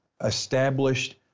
established